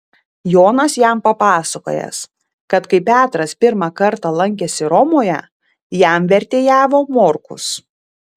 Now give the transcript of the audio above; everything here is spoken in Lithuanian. jonas jam papasakojęs kad kai petras pirmą kartą lankėsi romoje jam vertėjavo morkus